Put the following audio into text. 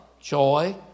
joy